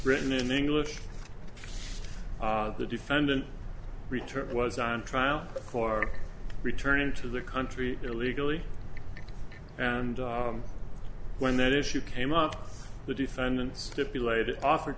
written in english the defendant returned was on trial for returning to the country illegally and when that issue came up the defendant stipulated offered